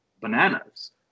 bananas